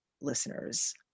listeners